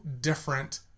different